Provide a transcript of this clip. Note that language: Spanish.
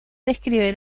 describe